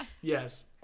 Yes